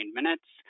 minutes